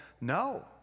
no